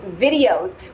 videos